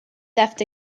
left